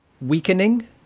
weakening